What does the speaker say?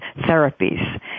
therapies